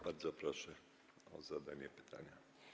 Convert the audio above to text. Bardzo proszę o zadanie pytania.